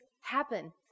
happen